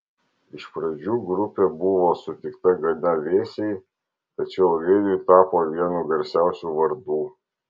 iš pradžių grupė buvo sutikta gana vėsiai tačiau ilgainiui tapo vienu garsiausių vardų